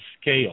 scale